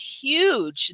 huge